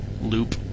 loop